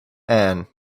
ann